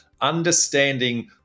understanding